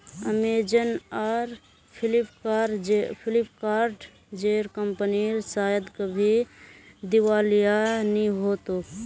Amazon आर Flipkart जेर कंपनीर शायद कभी दिवालिया नि हो तोक